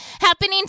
happening